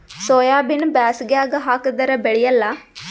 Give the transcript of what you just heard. ಸೋಯಾಬಿನ ಬ್ಯಾಸಗ್ಯಾಗ ಹಾಕದರ ಬೆಳಿಯಲ್ಲಾ?